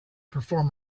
perform